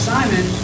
Simon